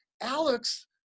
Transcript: Alex